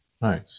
nice